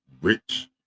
rich